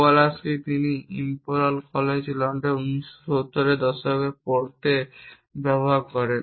Kowalski তিনি Imperial College লন্ডনে 1970 এর দশকে পড়াতে ব্যবহার করেন